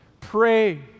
Pray